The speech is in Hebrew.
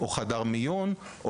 בחדר מיון,